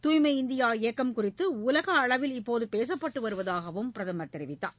தூய்மை இந்தியா இயக்கம் குறித்து உலக அளவில் இப்போது பேசப்பட்டு வருவதாகவும் பிரதமர் தெரிவித்தார்